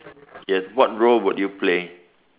yes what role would you play